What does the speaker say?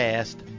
Past